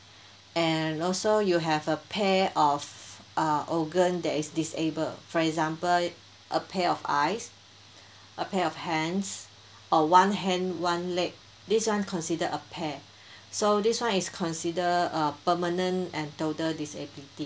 and also you have a pair of uh organ that is disabled for example a pair of eyes a pair of hands or one hand one leg these one consider a pair so this one is consider uh permanent and total disability